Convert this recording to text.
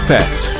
Pets